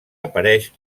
apareix